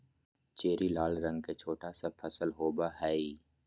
cherry लाल रंग के छोटा सा फल होबो हइ